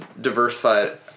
diversified